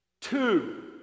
Two